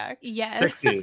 Yes